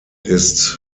ist